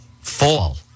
fall